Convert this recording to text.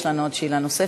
יש לנו עוד שאלה נוספת.